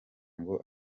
ngo